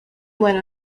went